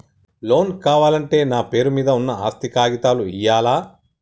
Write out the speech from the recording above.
Loan కావాలంటే నా పేరు మీద ఉన్న ఆస్తి కాగితాలు ఇయ్యాలా?